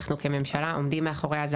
אנחנו כממשלה עומדים מאחוריה.